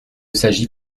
s’agit